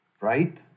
right